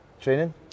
training